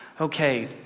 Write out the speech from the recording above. okay